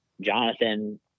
Jonathan